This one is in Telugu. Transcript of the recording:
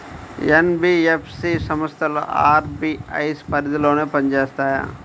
ఎన్.బీ.ఎఫ్.సి సంస్థలు అర్.బీ.ఐ పరిధిలోనే పని చేస్తాయా?